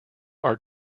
are